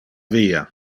via